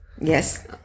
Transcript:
Yes